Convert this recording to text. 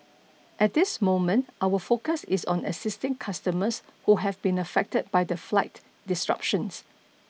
at this moment our focus is on assisting customers who have been affected by the flight disruptions